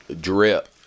Drip